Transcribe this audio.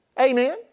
Amen